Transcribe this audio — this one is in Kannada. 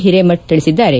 ಹಿರೇಮಠ್ ತಿಳಿಸಿದ್ದಾರೆ